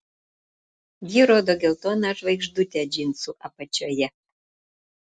ji rodo geltoną žvaigždutę džinsų apačioje